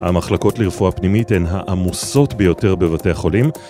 המחלקות לרפואה פנימית הן העמוסות ביותר בבתי חולים